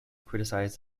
criticized